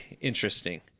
interesting